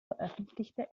veröffentlichte